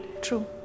True